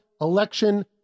Election